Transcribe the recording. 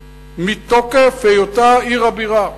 מתוקף היותה עיר הבירה.